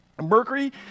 mercury